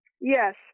Yes